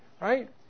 Right